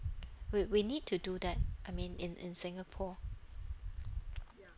we we need to do that I mean in in singapore